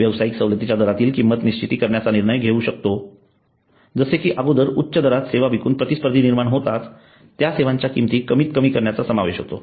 व्यावसायिक सवलतीच्या दरातील किंमत निश्चिती करण्याचा निर्णय घेऊ शकतो जसे कि अगोदर उच्च दरात सेवा विकून प्रतिस्पर्धी निर्माण होताच त्या सेवांच्या किंमती कमी करण्याचा समावेश होतो